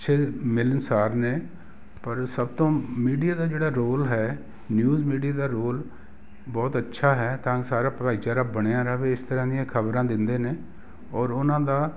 ਅੱਛੇ ਮਿਲਣਸਾਰ ਨੇ ਪਰ ਸਭ ਤੋਂ ਮੀਡੀਆ ਦਾ ਜਿਹੜਾ ਰੋਲ ਹੈ ਨਿਊਜ਼ ਮੀਡੀਆ ਦਾ ਰੋਲ ਬਹੁਤ ਅੱਛਾ ਹੈ ਤਾਂ ਸਾਰਾ ਭਾਈਚਾਰਾ ਬਣਿਆ ਰਹੇ ਇਸ ਤਰ੍ਹਾਂ ਦੀਆਂ ਖਬਰਾਂ ਦਿੰਦੇ ਨੇ ਔਰ ਉਹਨਾਂ ਦਾ